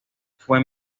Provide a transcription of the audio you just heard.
fue